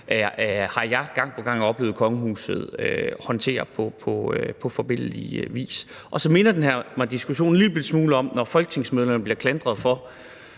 har jeg gang på gang oplevet kongehuset håndtere på forbilledlig vis. Og så minder den her diskussion mig en lillebitte smule om, når folketingsmedlemmer bliver klandret for